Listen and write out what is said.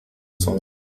son